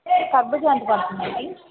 కర్బూజా ఎంత పడుతుందండి